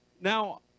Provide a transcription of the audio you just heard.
Now